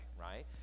right